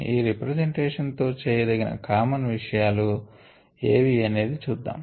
ఈ రిప్రజెంటేషన్ తో చేయదగిన కామన్ విషయాలు ఏవి అనేది చూద్దాము